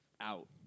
out